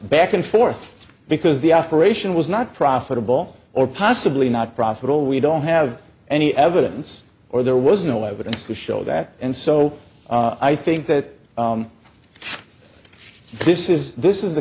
back and forth because the operation was not profitable or possibly not profit all we don't have any evidence or there was no evidence to show that and so i think that this is this is the